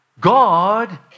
God